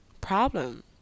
problem